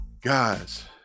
Guys